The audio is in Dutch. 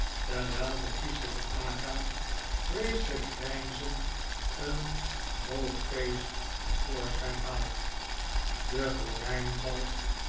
terwijl de kislar aga vreeselijk grijnzend een boogpees te voorschijn haalt de gordijn valt